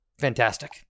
fantastic